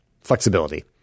flexibility